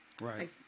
Right